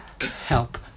Help